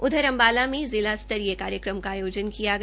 उधर अंबाला में जिला स्तरीय कार्यक्रम का आयोजन किया गया